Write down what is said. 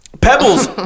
pebbles